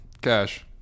Cash